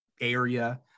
area